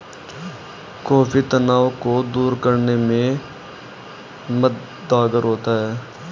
coffee तनाव को दूर करने में मददगार होता है